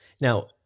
Now